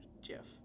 Jeff